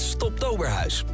Stoptoberhuis